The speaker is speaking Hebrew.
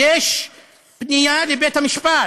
יש פנייה לבית-המשפט,